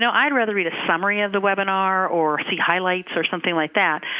so i'd rather read a summary of the webinar or see highlights or something like that.